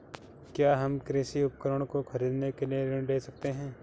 क्या हम कृषि उपकरणों को खरीदने के लिए ऋण ले सकते हैं?